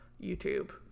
YouTube